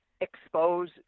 expose